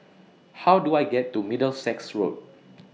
How Do I get to Middlesex Road